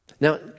Now